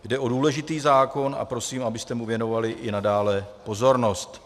Jde o důležitý zákon a prosím, abyste mu věnovali i nadále pozornost.